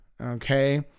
okay